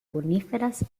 coníferas